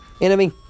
Enemy